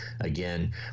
Again